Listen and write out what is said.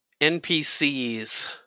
NPCs